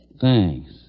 Thanks